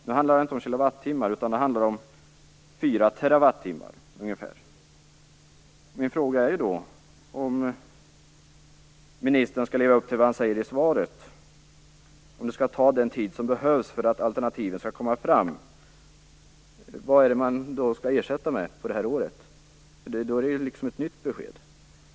Nu handlar det inte om kilowattimmar utan om ungefär fyra terawattimmar. Min fråga är då, om ministern skall leva upp till det han säger i svaret, att det får ta den tid som behövs för att alternativen skall komma fram: Vad skall man ersätta med det här året? Det är liksom ett nytt besked.